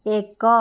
ଏକ